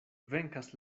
venkas